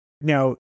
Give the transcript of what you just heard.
Now